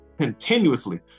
continuously